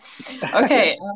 Okay